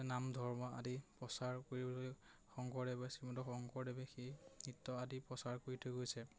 নাম ধৰ্ম আদি প্ৰচাৰ কৰিবলৈ শংকৰদেৱে শ্ৰীমন্ত শংকৰদেৱে সেই নৃত্য আদি প্ৰচাৰ কৰি থৈ গৈছে